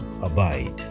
abide